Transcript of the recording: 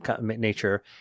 nature